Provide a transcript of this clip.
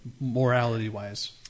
morality-wise